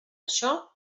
això